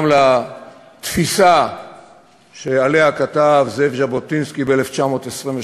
גם לתפיסה שעליה כתב זאב ז'בוטינסקי ב-1923,